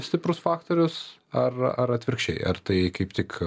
stiprus faktorius ar ar atvirkščiai ar tai kaip tik